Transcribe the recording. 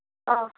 ஆ